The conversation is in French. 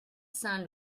saint